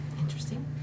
Interesting